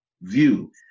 view